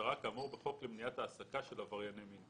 משטרה כאמור בחוק למניעת העסקה של עברייני מין.